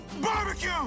Barbecue